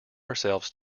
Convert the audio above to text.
ourselves